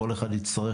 וכל אחד יצטרך,